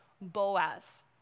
Boaz